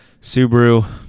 Subaru